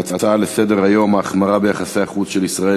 להצעות לסדר-היום: ההחמרה ביחסי החוץ של ישראל